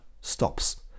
stops